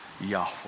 Yahweh